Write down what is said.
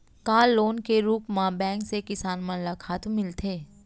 का लोन के रूप मा बैंक से किसान मन ला खातू मिलथे?